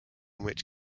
which